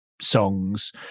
songs